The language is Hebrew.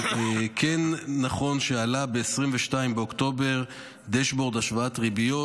נכון שעלה ב-22 באוקטובר דשבורד השוואת ריביות,